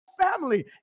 family